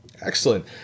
Excellent